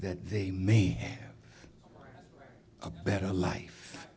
that they may have a better life